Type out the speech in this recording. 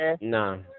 No